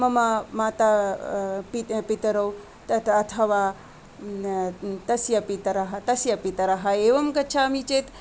मम माता पितरौ तथा अथवा तस्य पितरः तस्य पितरः एवं गच्छामि चेत्